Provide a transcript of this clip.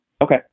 Okay